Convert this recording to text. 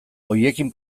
horiekin